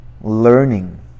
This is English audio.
Learning